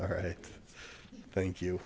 all right thank you